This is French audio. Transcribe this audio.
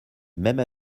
même